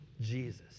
Jesus